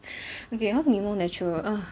okay how's me more natural